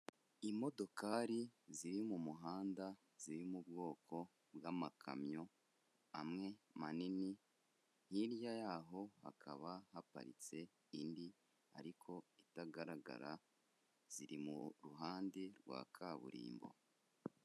Imodokari ziri mu muhanda ziri mu bwoko bw'amakamyo amwe manini, hirya yaho hakaba haparitse indi ariko itagaragara, ziri mu ruhande rwa kaburimbo.